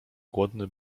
głodny